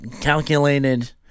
calculated